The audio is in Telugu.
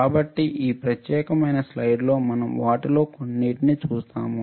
కాబట్టి ఈ ప్రత్యేకమైన స్లయిడ్లో మనం వాటిలో కొన్నింటిని చూస్తాము